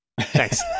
Thanks